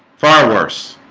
far worse